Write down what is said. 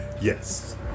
yes